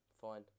Fine